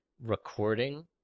recording